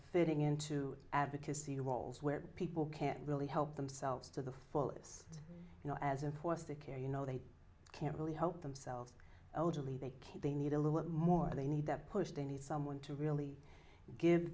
fitting into advocacy roles where people can really help themselves to the fullest you know as opposed to care you know they can't really help themselves elderly they can't they need a little more they need that push they need someone to really give